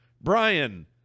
Brian